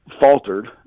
faltered